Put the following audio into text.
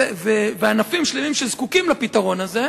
ענפים שלמים שזקוקים לפתרון הזה,